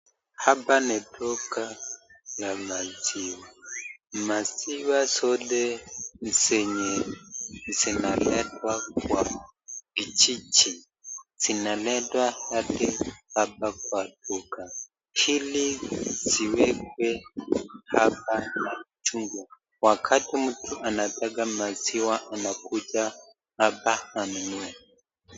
Hapa ni duka la maziwa. Maziwa zote zenye zinaletwa kwa vijiji zinaletwa hadi hapa kwa duka ili ziwekwe hapa juu. Wakati mtu anataka maziwa anakuja hapa anunue.